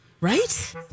Right